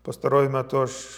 pastaruoju metu aš